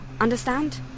Understand